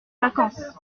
vacances